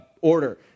order